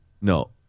No